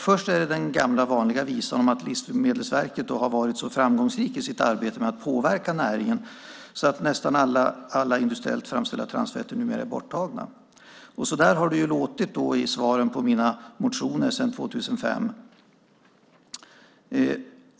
Först är det den gamla vanliga visan om att Livsmedelsverket har varit så framgångsrikt i sitt arbete med att påverka näringen att nästan alla industriellt framställda transfetter numera är borttagna. Så har det låtit i svaren på mina motioner sedan 2005.